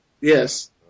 Yes